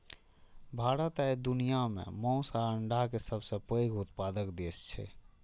भारत आइ दुनिया भर मे मासु आ अंडाक सबसं पैघ उत्पादक देश छै